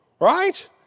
right